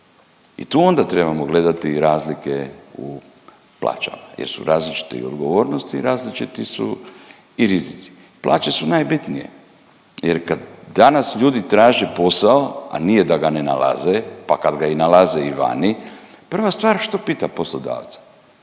I tu onda trebamo gledati razlike u plaćama jer su različite odgovornosti i različiti su i rizici. Plaće su najbitnije jer kad danas ljudi traže posao, a nije da ga ne nalaze, pa kad ga i nalaze i vani, prva stvar što pita poslodavca,